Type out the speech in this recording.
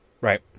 Right